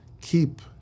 keep